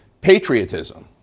patriotism